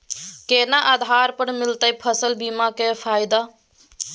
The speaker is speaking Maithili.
केना आधार पर मिलतै फसल बीमा के फैदा?